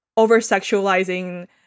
over-sexualizing